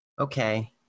Okay